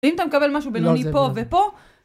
אם אתה מקבל משהו בינוני פה ופה